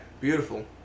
beautiful